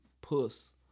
puss